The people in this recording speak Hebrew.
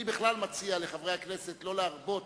אני בכלל מציע לחברי הכנסת לא להרבות